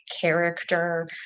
character